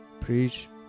Preach